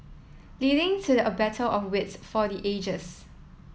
leading to a battle of wits for the ages